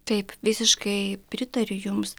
taip visiškai pritariu jums